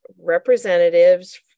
representatives